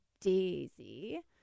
Daisy